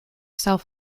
self